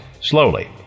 slowly